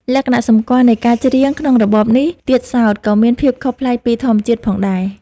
លក្ខណៈសម្គាល់នៃការច្រៀងក្នុងរបបនេះទៀតសោត ក៏មានភាពខុសប្លែកពីធម្មជាតិផងដែរ។